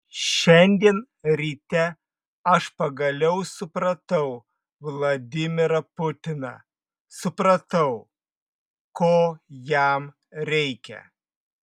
šiandien ryte aš pagaliau supratau vladimirą putiną supratau ko jam reikia